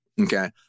Okay